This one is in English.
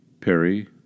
perry